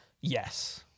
Yes